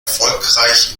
erfolgreich